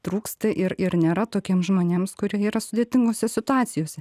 trūksta ir ir nėra tokiems žmonėms kurie yra sudėtingose situacijose